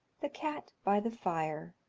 the cat by the fire,